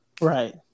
right